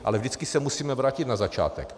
Ale vždycky se musíme vrátit na začátek.